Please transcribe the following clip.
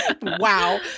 wow